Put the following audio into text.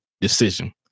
decision